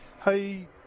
hey